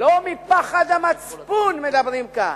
מפחד המצפון מדברים כאן,